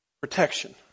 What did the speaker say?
protection